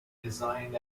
designed